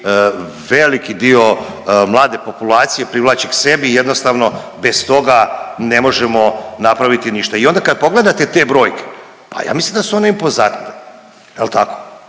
veliki dio mlade populacije privlači k sebi i jednostavno bez toga ne možemo napraviti ništa. I onda kad pogledate te brojke, pa ja mislim da su impozantne jel tako